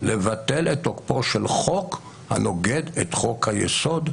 לבטל את תוקפו של חוק הנוגד את חוק היסוד,